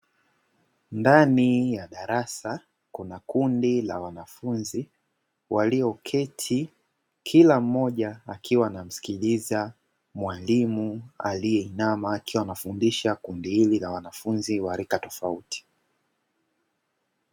Ndani ya darasa, kuna kundi la wanafunzi, walioketi kila mmoja akiwa anamsikiliza mwalimu, aliyeinama akiwa anafundisha, kundi hili la wanafunzi wa rika tofauti.